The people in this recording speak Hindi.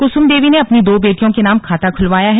कुसुम देवी ने अपनी दो बेटियों के नाम खाता खुलवाया है